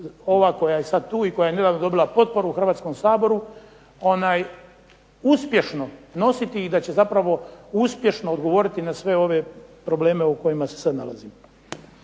ova koja je sad tu i koja je nedavno dobila potporu u Hrvatskom saboru, uspješno nositi i da će zapravo uspješno odgovoriti na sve ove probleme u kojima se sad nalazimo.